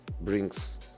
brings